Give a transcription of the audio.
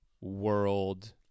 world